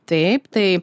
taip tai